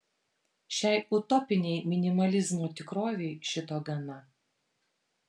šiai utopinei minimalizmo tikrovei šito gana